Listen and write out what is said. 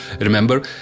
remember